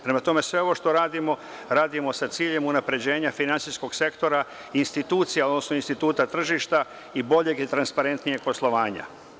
Prema tome, sve ovo što radimo, radimo sa ciljem unapređenja finansijskog sektora, institucija, odnosno instituta tržišta i boljeg i transparentnijeg poslovanja.